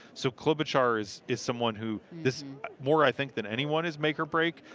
so klobuchar is is someone who is more i think that anyone is make or break.